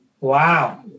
Wow